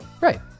Right